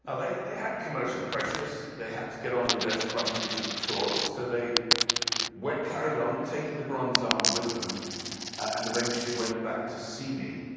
ah they they had commercial pressures. they had to get on with their sponge fishing tour, so they went carried on taking the bronze arm with them and eventually went back to symi.